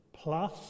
plus